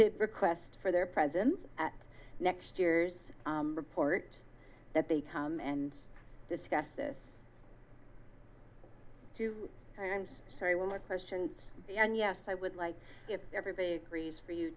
worded request for their presence at next year's report that they come and discuss this too and sorry one more questions and yes i would like everybody agrees for you